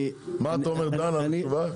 מה אתה אומר דן על התשובה?